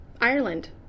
Ireland